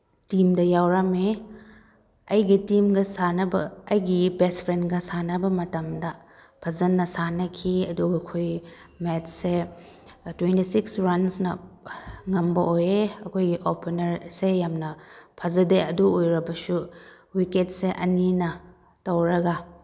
ꯇꯤꯝꯗ ꯌꯥꯎꯔꯝꯃꯦ ꯑꯩꯒꯤ ꯇꯤꯝꯒ ꯁꯥꯟꯅꯕ ꯑꯩꯒꯤ ꯕꯦꯁ ꯐ꯭ꯔꯦꯟꯒ ꯁꯥꯟꯅꯕ ꯃꯇꯝꯗ ꯐꯖꯅ ꯁꯥꯟꯅꯈꯤ ꯑꯗꯨꯒ ꯑꯩꯈꯣꯏ ꯃꯦꯠꯁꯁꯦ ꯇ꯭ꯋꯦꯟꯇꯤ ꯁꯤꯛꯁ ꯔꯟꯁꯅ ꯉꯝꯕ ꯑꯣꯏꯌꯦ ꯑꯩꯈꯣꯏꯒꯤ ꯑꯣꯄꯅꯔ ꯑꯁꯦ ꯌꯥꯝꯅ ꯐꯖꯗꯦ ꯑꯗꯨ ꯑꯣꯏꯔꯕꯁꯨ ꯋꯤꯛꯀꯦꯠꯁꯦ ꯑꯅꯤꯅ ꯇꯧꯔꯒ